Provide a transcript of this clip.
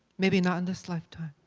maybe not in this lifetime,